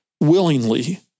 willingly